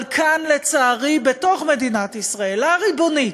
אבל כאן, לצערי, בתוך מדינת ישראל, הריבונית,